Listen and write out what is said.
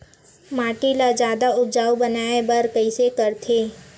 माटी ला जादा उपजाऊ बनाय बर कइसे करथे?